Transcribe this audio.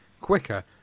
quicker